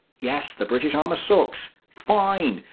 yes, the british armour sucks. fine.